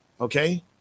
Okay